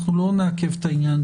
אנחנו לא נעכב את העניין.